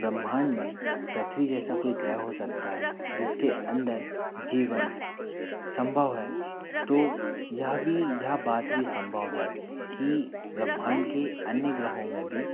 ब्रह्मांड में पृथ्वी जैसा कोई ग्रह हो सकता है जिसके अंदर जीवन सम्भव है तो यह भी यह बात भी सम्भव है कि ब्रह्मांड के अन्य ग्रहों में भी